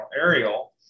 Ariel